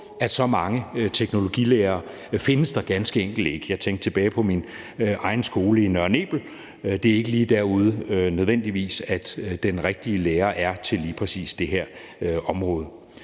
at så mange teknologilærere findes der ganske enkelt ikke. Jeg tænkte tilbage på min egen skole i Nørre Nebel. Det er ikke nødvendigvis derude, at den rigtige lærer er til lige præcis det her område.